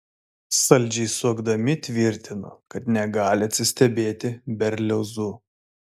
saldžiai suokdami tvirtino kad negali atsistebėti berliozu